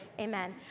Amen